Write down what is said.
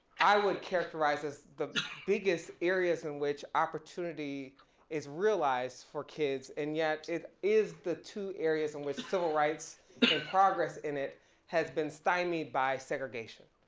i would characterized as the biggest areas in which opportunity is realized for kids and yet it is the two areas in which civil rights through progress in it has been stymied by segregation.